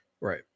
Right